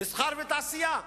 מסחר ותעשייה.